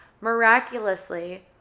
Miraculously